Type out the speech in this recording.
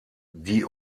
die